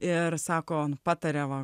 ir sako patariama